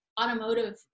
automotive